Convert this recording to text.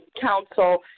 Council